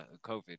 COVID